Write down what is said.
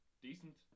Decent